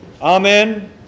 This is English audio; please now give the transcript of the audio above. Amen